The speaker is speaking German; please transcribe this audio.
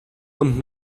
und